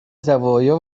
زوایا